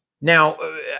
Now